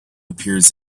appears